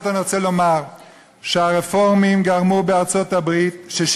נקים עמותה בשבילך, על זכויותיך.